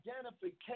identification